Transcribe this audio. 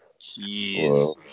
Jeez